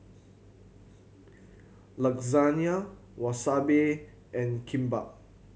Lasagna Wasabi and Kimbap